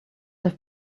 have